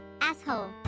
Asshole